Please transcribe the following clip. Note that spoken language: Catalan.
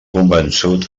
convençut